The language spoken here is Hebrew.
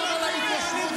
אתה יודע, לאנשים יש,